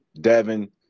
Devin